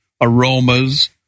aromas